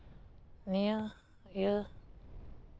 ᱱᱤᱭᱟᱹ ᱤᱭᱟᱹ